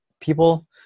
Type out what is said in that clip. people